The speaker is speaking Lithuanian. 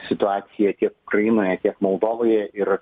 situacija tiek ukrainoje tiek moldovoje ir